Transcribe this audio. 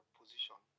position